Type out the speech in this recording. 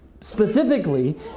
specifically